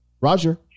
Roger